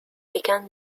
began